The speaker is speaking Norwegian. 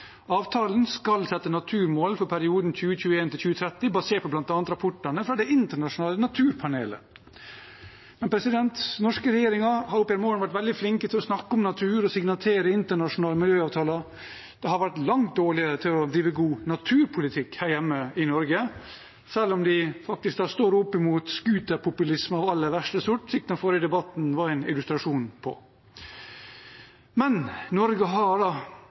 Avtalen skal sette naturmål for perioden 2021–2030 basert på bl.a. rapportene fra Det internasjonale naturpanelet. Norske regjeringer har oppigjennom årene vært veldig flinke til å snakke om natur og signere internasjonale miljøavtaler. De har vært langt dårligere til å drive god naturpolitikk her hjemme i Norge, selv om de faktisk står opp mot scooterpopulisme av aller verste sort, slik den forrige debatten var en illustrasjon på. Men Norge har